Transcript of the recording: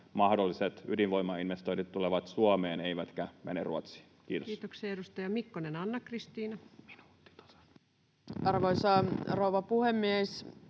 mahdolliset ydinvoimainvestoinnit tulevat Suomeen eivätkä mene Ruotsiin. — Kiitos. Kiitoksia. — Edustaja Mikkonen, Anna-Kristiina. Arvoisa rouva puhemies!